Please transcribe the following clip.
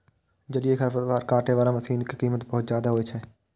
जलीय खरपतवार काटै बला मशीन के कीमत बहुत जादे होइ छै